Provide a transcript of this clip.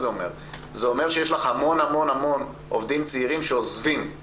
זה אומר שיש לך המון המון עובדים צעירים שעוזבים.